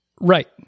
Right